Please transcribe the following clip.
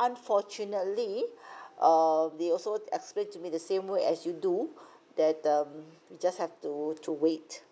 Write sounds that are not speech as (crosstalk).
unfortunately (breath) err they also explained to me the same way as you do that um we just have to to wait